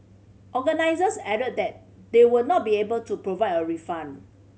organisers added that they would not be able to provide a refund